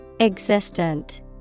Existent